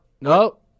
Nope